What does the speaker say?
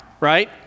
right